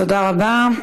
תודה רבה.